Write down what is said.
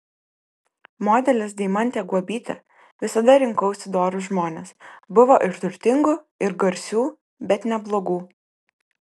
modelis deimantė guobytė visada rinkausi dorus žmones buvo ir turtingų ir garsių bet ne blogų